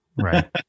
Right